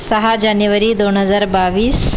सहा जानेवारी दोन हजार बावीस